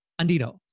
Andino